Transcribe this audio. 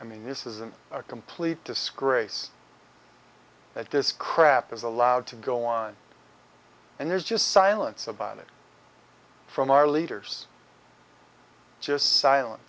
i mean this is a complete disgrace that this crap is allowed to go on and there's just silence about it from our leaders just silen